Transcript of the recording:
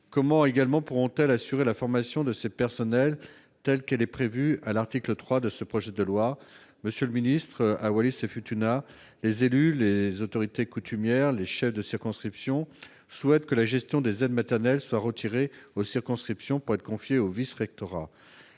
Comment pourront-elles également assurer la formation de ces personnels, telle qu'elle est prévue à l'article 3 de ce projet de loi ? Monsieur le ministre, les élus comme les autorités coutumières et les chefs des circonscriptions de Wallis-et-Futuna souhaitent que la gestion des aides maternelles soit retirée aux circonscriptions pour être confiée au vice-rectorat.